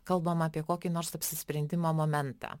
kalbama apie kokį nors apsisprendimo momentą